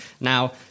Now